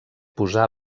posar